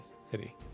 city